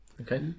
Okay